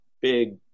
big